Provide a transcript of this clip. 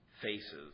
Faces